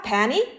Penny